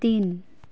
तिन